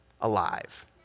alive